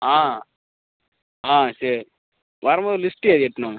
ஆ ஆ சரி வரும் போது லிஸ்ட்டு எழுதி எடுத்துன்னு வாங்க